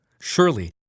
Surely